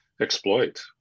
exploit